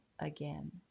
again